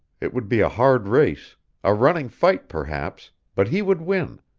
it would be a hard race a running fight perhaps but he would win,